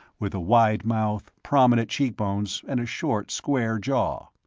with a wide mouth, prominent cheekbones and a short, square jaw.